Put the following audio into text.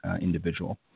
individual